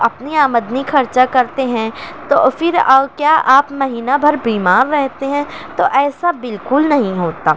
اپنی آمدنی خرچا کرتے ہیں تو پھر کیا آپ مہینہ بھر بیمار رہتے ہیں تو ایسا بالکل نہیں ہوتا